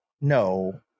No